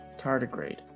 Tardigrade